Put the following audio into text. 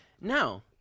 Now